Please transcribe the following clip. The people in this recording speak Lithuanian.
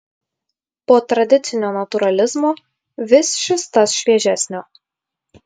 po tradicinio natūralizmo vis šis tas šviežesnio